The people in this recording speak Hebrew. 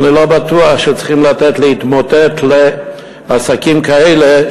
ואני לא בטוח שצריכים לתת להתמוטט לעסקים כאלה,